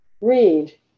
read